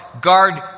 Guard